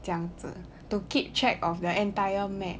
这样子 to keep track of their entire map